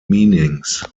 meanings